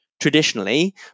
Traditionally